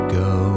go